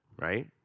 right